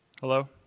Hello